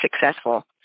successful